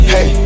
Hey